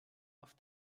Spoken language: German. auf